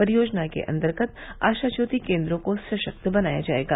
परियोजना के अन्तर्गत आशा ज्योति केन्द्रों को सशक्त बनाया जायेगा